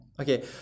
Okay